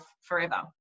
forever